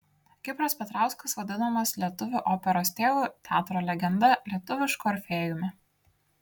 kipras petrauskas vadinamas lietuvių operos tėvu teatro legenda lietuvišku orfėjumi